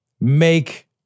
make